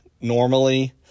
normally